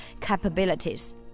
capabilities